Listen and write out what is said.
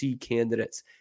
candidates